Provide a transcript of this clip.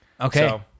Okay